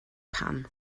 pam